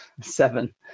seven